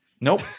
Nope